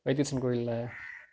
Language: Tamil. வைத்தீஸ்வரன் கோவிலில்